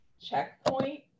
checkpoint